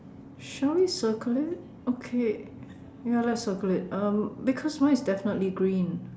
shall we circle it okay ya let's circle it um because mine is definitely green